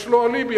יש לו אליבי,